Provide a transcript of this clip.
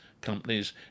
companies